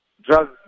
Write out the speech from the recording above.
drugs